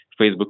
Facebook